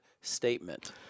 statement